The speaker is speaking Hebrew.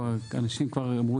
אנשים כבר אמרו,